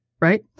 right